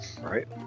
right